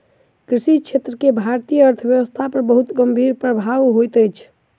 कृषि क्षेत्र के भारतीय अर्थव्यवस्था पर बहुत गंभीर प्रभाव होइत अछि